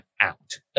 out